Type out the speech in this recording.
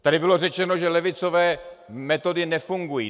Tady bylo řečeno, že levicové metody nefungují.